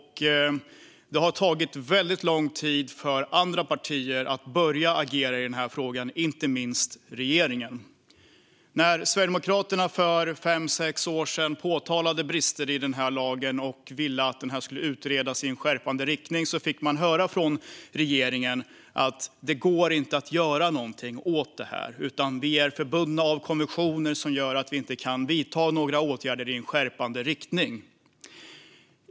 Det har tagit väldigt lång tid för andra partier, och inte minst för regeringen, att börja agera i denna fråga. När Sverigedemokraterna för fem sex år sedan påtalade brister i denna lag och ville att den skulle utredas i en skärpande riktning fick vi höra från regeringen att det inte går att göra någonting åt detta utan att Sverige är bundna av konventioner som gör att man inte kan vidta några åtgärder i en skärpande riktning.